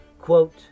quote